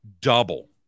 double